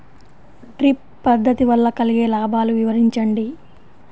Drip పద్దతి వల్ల కలిగే లాభాలు వివరించండి?